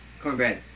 Cornbread